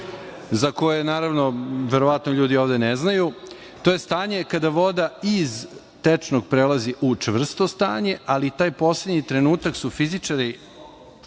za koje verovatno ljudi ovde ne znaju, to je stanje kada voda iz tečnog prelazi u čvrsto stanje, ali taj poslednji trenutak su fizičari